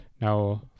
Now